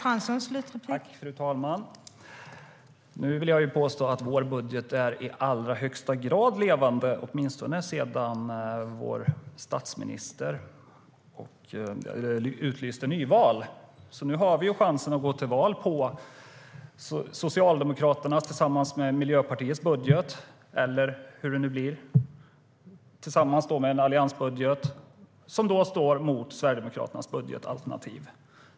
Fru talman! Nu vill jag påstå att vår budget är i allra högsta grad levande, åtminstone sedan vår statsminister utlyste nyval. Nu har vi ju chansen att gå till val på Socialdemokraternas tillsammans med Miljöpartiets budget, eller hur det nu blir, och en alliansbudget som står mot Sverigedemokraternas budgetalternativ.